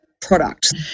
product